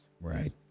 Right